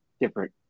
different